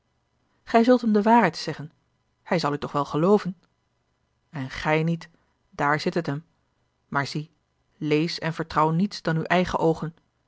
gij zult hem de waarheid zeggen hij zal u toch wel gelooven en gij niet dààr zit het hem maar zie lees en vertrouw niets dan uwe eigene oogen